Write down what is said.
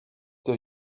der